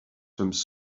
sommes